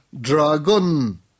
dragon